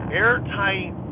airtight